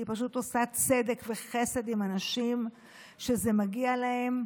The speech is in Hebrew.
כי היא פשוט עושה צדק וחסד עם אנשים שזה מגיע להם.